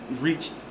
reached